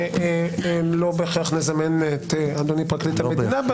לא בהכרח נזמן את אדוני פרקליט המדינה.